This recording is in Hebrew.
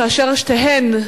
כאשר שתיהן,